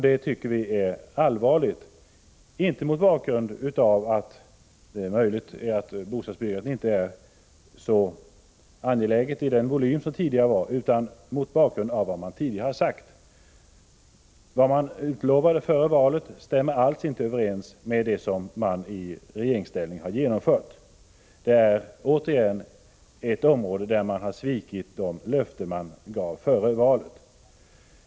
Det tycker vi är allvarligt — inte mot bakgrund av att det möjligen är angeläget att bostadsbyggandet har samma volym som förr om åren, utan mot bakgrund av vad socialdemokraterna tidigare har sagt. Det socialdemokraterna utlovade före valet stämmer alls inte överens med det som de i regeringsställning har genomfört. Vi ser återigen exempel på ett område där socialdemokraterna har svikit de löften som gavs före valet.